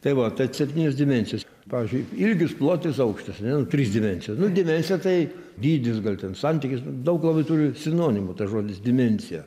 tai va septynios dimensijos pavyzdžiui ilgis plotis aukštis ane nu trys dimensijos nu dimensija tai dydis gal ten santykis daug labai turi sinonimų tas žodis dimensija